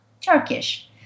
Turkish